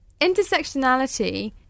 Intersectionality